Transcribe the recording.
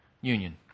union